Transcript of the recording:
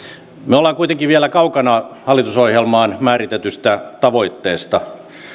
olemme kuitenkin vielä kaukana hallitusohjelmaan määritetystä tavoitteesta